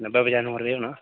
नब्बै पचानवै रपेऽ होना